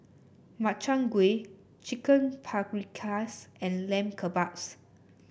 Makchang Gui Chicken Paprikas and Lamb Kebabs